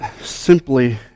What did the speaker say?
simply